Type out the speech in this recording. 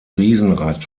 riesenrad